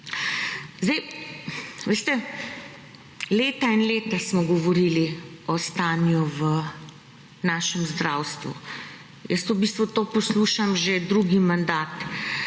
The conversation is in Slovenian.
Zdaj, veste, leta in leta smo govorili o stanju v našem zdravstvu. Jaz v bistvu to poslušam že drugi mandat.